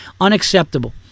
Unacceptable